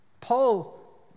Paul